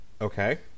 Okay